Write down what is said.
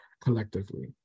collectively